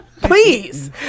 please